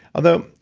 although,